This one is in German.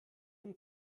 von